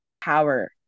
power